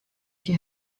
she